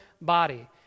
body